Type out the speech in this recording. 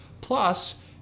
Plus